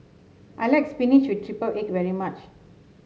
I like spinach with triple egg very much